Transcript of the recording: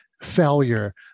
failure